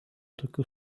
tokių